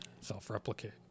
Self-replicate